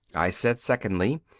i said secondly,